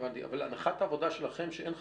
אבל הנחת העבודה שלכם היא שאין חלופה?